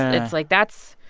it's like that's.